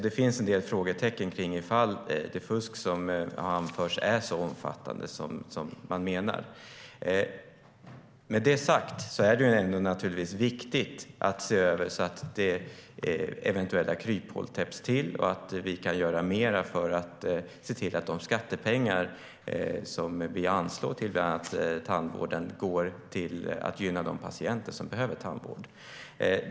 Det finns en del frågetecken om det fusk som har förts fram är så omfattande som man menar. Med det sagt är det naturligtvis viktigt att se till att eventuella kryphål täpps till och att vi kan göra mer för att se till att de skattepengar som vi anslår till bland annat tandvården går till att gynna de patienter som behöver tandvård.